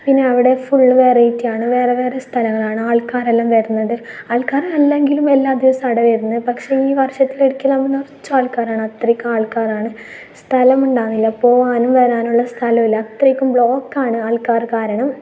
പിന്നെ അവിടെ ഫുള്ള് വെറൈറ്റിയാണ് വേറെ വേറെ സ്ഥലമാണ് ആൾക്കാരെല്ലാം വരുന്നത് ആൾക്കാർ അല്ലെങ്കിലും എല്ലാ ദിവസവും ആടെ വരുന്നു പക്ഷേ ഈ വർഷത്തിൽ ഒരിക്കലാകുമ്പം നിറച്ച് ആൾക്കാരാണ് അത്രയ്ക്കും ആൾക്കാരാണ് സ്ഥലം ഉണ്ടാകില്ല പോകാനും വരാനുമുള്ള സ്ഥലമേയില്ല അത്രക്കും ബ്ലോക്കാണ് ആൾക്കാർ കാരണം